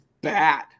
bad